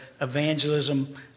evangelism